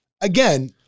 again